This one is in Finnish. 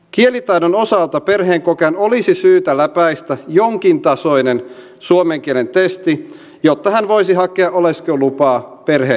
kielitaidon osalta perheenkokoajan olisi syytä läpäistä jonkin tasoinen suomen kielen testi jotta hän voisi hakea oleskelulupaa perheenjäsenilleen